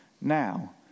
now